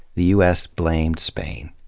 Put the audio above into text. the u s. blamed spain.